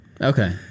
Okay